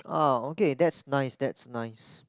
ah okay that's nice that's nice